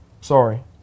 Sorry